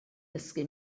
dysgu